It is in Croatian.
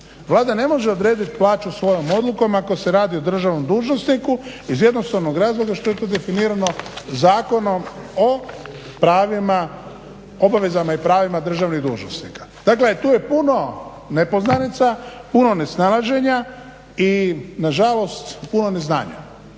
Vlada ne može odrediti plaću svojom odlukom ako se radi o državnom dužnosniku iz jednostavnog razloga što je to definirano Zakonom o pravima, obavezama i pravima državnih dužnosnika. Dakle tu je puno nepoznanica, puno nesnalaženja i nažalost puno neznanja,